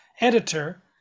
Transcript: editor